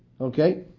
Okay